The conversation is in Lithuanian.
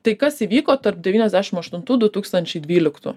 tai kas įvyko tarp devyniasdešim aštuntų du tūkstančiai dvyliktų